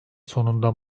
sonunda